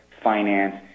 finance